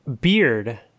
Beard